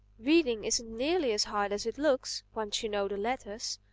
reading isn't nearly as hard as it looks, once you know the letters.